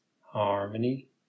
harmony